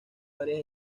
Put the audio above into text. varias